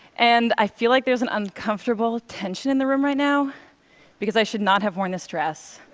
and i feel like there's an uncomfortable tension in the room right now because i should not have worn this dress.